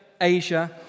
Asia